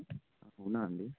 అవునా అండి